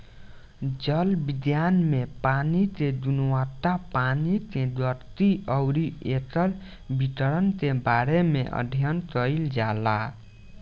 जल विज्ञान में पानी के गुणवत्ता पानी के गति अउरी एकर वितरण के बारे में अध्ययन कईल जाला